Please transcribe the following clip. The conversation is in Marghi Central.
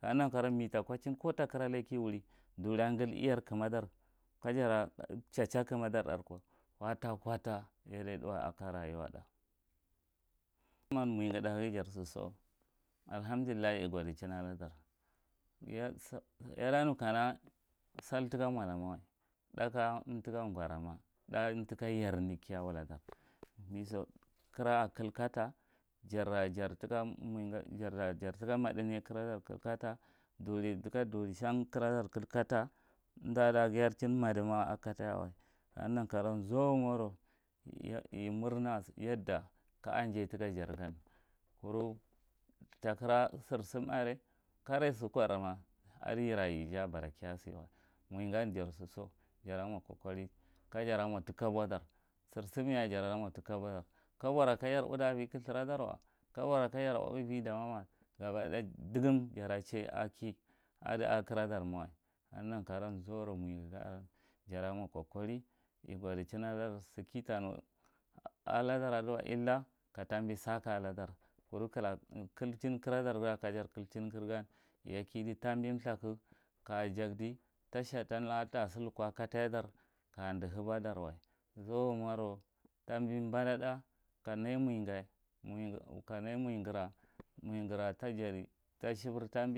Ka neghi nan karowan ne ta kochin ko takira le kiwuri duri angal iyar kumadar ka jara chir chair kumadar ko kota kota yada tháyewai ako rayuwa thá thùman muwigha thághi jar subso alhamdullahi igodichin ala dar ya say a danukana sal taka mola wai thá ka umdi tika gorama thá umdi tika yarne kiya wulad me so kira kilkata jara jara tika mowi ghen tika madneye kira dar kilkata duri tika diri shan kira dar kilkata umdada chin madima ako kataiwa ka neghi nan karouwan zumarou imur yadda kaan jay tika jar gan kùra ta kira sisam are kare sukarma adiyera yekiya bara kiya siwa moya gan jar sudso jar mo kokari ka jar mo tikobo dar sir sumyaye jar mo ti kobo dar kobora ka jar udi avi clthurdar wa kabora ka jara udi avi damo wag aba daya digum jara chiye am kin adi ako kira dar mawai ka neghi nan karouwan moyeghi gaare jarmo kokori iyodi chin ala dar si kitanu aladar adiwa illa ka tabi saka alla dar kuru kila kulla kajar killa kajar kil chin kira gan ya kidi tabi thùrkù ka ja jakdi ta shatan laka kaja silko kataiya dan kaja dihiba darway zumaro tabi bana thá kanaye moye ghira moyeghira to jadi ta shifer